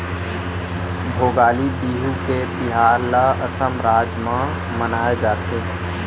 भोगाली बिहू के तिहार ल असम राज म मनाए जाथे